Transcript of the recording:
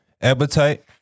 appetite